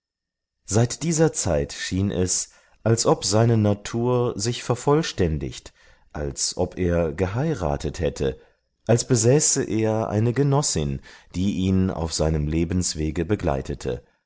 seit dieser zeit schien es als ob seine natur sich vervollständigt als ob er geheiratet hätte als besäße er eine genossin die ihn auf seinem lebenswege begleitete